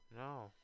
No